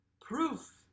proof